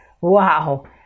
Wow